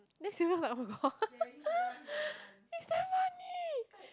then Sylvia was like [oh]-my-god it's damn funny